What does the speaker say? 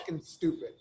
stupid